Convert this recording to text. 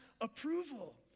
approval